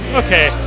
okay